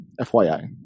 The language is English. FYI